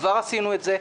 כבר עשינו את זה,